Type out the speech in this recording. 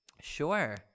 Sure